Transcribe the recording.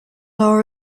law